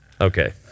Okay